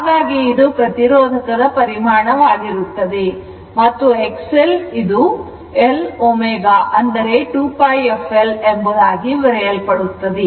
ಹಾಗಾಗಿ ಇದು ಪ್ರತಿರೋಧಕದ ಪರಿಮಾಣ ವಾಗಿರುತ್ತದೆ ಮತ್ತುX L L ω 2πf L ಎಂಬುದಾಗಿ ಬರೆಯಲ್ಪಡುತ್ತದೆ